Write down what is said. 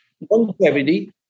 longevity